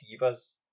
Divas